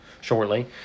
shortly